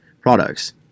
products